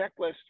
checklist